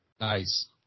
Nice